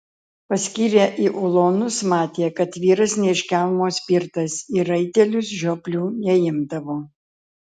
paskyrė į ulonus matė kad vyras ne iš kelmo spirtas į raitelius žioplių neimdavo